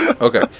Okay